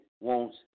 wants